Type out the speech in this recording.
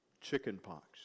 chickenpox